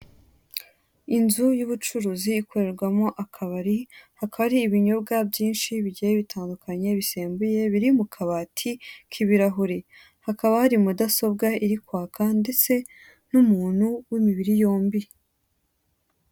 Inzu y'ubucuruzi ikorerwamo akabari akaba ari ibinyobwa byinshi bigiye bitandukanye bisembuye biri mu kabati k'ibirahure. Hakaba hari mudasobwa iri kwaka ndetse n'umuntu w'imibiri yombi.